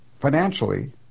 financially